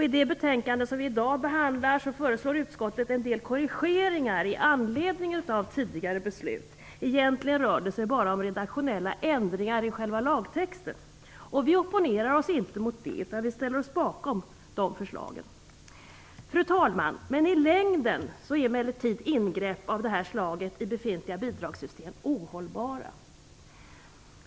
I det betänkande som vi i dag behandlar föreslår utskottet en del korrigeringar i anledning av tidigare beslut. Egentligen rör det sig bara om redaktionella ändringar i själva lagtexten. Vi opponerar oss inte mot det utan ställer oss bakom de förslagen. Fru talman! I längden är emellertid ingrepp av det här slaget i befintliga bidragssystem ohållbara.